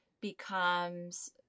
becomes